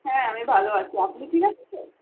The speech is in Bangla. হ্যাঁ আমি ভালো আছি আপনি ঠিক আছেন তো